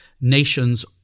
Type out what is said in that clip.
nations